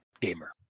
gamer